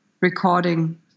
recording